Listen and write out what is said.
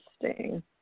Interesting